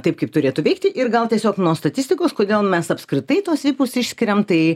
taip kaip turėtų veikti ir gal tiesiog nuo statistikos kodėl mes apskritai tos vipus išskiriam tai